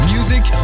Music